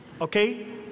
Okay